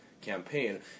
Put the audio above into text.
campaign